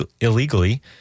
illegally